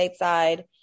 stateside